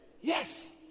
Yes